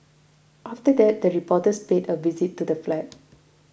after that the reporters paid a visit to the flat